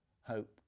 hope